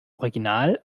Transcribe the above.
original